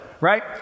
right